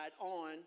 on